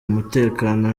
umutekano